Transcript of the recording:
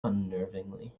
unnervingly